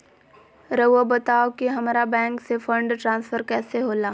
राउआ बताओ कि हामारा बैंक से फंड ट्रांसफर कैसे होला?